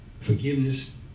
forgiveness